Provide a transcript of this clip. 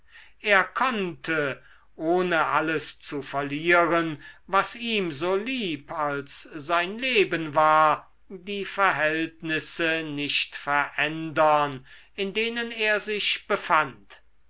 er konnte ohne alles zu verlieren was ihm so lieb als sein leben war die verhältnisse nicht verändern in denen er sich befand